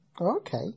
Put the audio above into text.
Okay